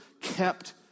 kept